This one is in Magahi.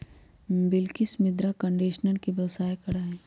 बिलकिश मृदा कंडीशनर के व्यवसाय करा हई